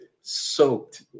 Soaked